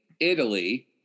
Italy